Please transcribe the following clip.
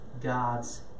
God's